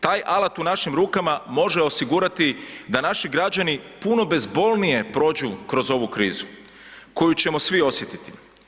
Taj alat u našim rukama može osigurati da naši građani puno bezbolnije prođu kroz ovu krizu koju ćemo svi osjetiti.